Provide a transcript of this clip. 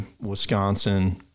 Wisconsin